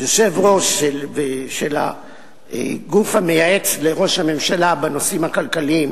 כיושב-ראש של הגוף המייעץ לראש הממשלה בנושאים הכלכליים,